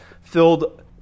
filled